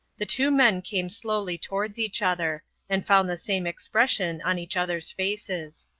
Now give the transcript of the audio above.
the two men came slowly towards each other, and found the same expression on each other's faces.